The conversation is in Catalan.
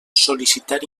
sol·licitar